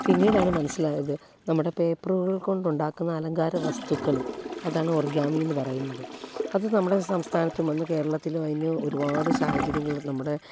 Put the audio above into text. പിന്നീടാണ് മനസിലായത് നമ്മുടെ പേപ്പറുകൾ കൊണ്ടുണ്ടാക്കുന്ന അലങ്കാര വസ്തുക്കൾ അതാണ് ഒർഗാമിന്ന് പറയുന്നത് അത് നമ്മുടെ സംസ്ഥാനത്തും ഇന്ന് കേരളത്തിലും അതിന് ഒരുപാട് സാഹചര്യങ്ങളിൽ നമ്മുടെ